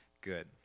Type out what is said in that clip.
Good